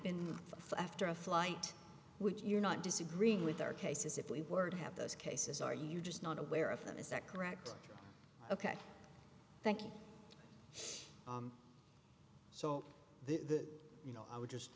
been after a flight which you're not disagreeing with their cases if we were to have those cases are you just not aware of them is that correct ok thank you so that you know i would just